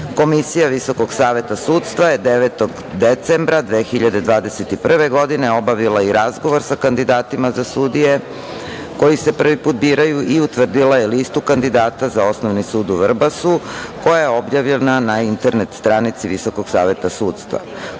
sudijama. Komisija Visokog saveta sudstva je 9. decembra 2021. godine obavila i razgovor sa kandidatima za sudije koji se prvi put biraju i utvrdila je listu kandidata za Osnovni sud u Vrbasu, koja je objavljena na internet stranici Visokog saveta sudstva.